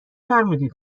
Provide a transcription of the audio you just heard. فرمودید